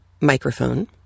microphone